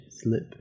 slip